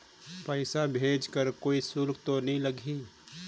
पइसा भेज कर कोई शुल्क तो नी लगही?